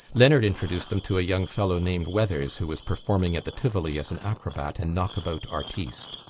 leonard introduced them to a young fellow named weathers who was performing at the tivoli as an acrobat and knockabout artiste.